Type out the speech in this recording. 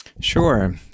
Sure